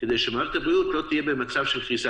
כדי שמערכת הבריאות לא תהיה במצב של קריסה,